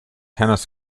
tennis